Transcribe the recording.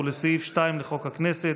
ולסעיף 2 לחוק הכנסת,